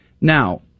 Now